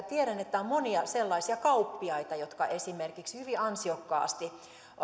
tiedän että on monia sellaisia kauppiaita jotka esimerkiksi hyvin ansiokkaasti